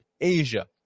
Asia